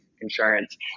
insurance